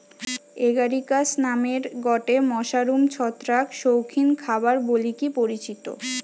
Agaricus নামের গটে mushroom ছত্রাক শৌখিন খাবার বলিকি পরিচিত